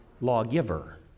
lawgiver